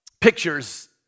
pictures